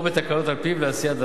או בתקנות על-פיו לעשיית דבר.